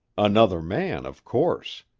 another man, of course.